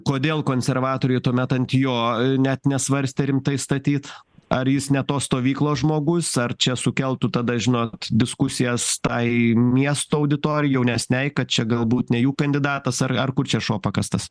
kodėl konservatoriai tuomet ant jo net nesvarstė rimtai statyt ar jis ne tos stovyklos žmogus ar čia sukeltų tada žinot diskusijas tai miestų auditorij jaunesnei kad čia galbūt ne jų kandidatas ar ar kur čia šuo pakastas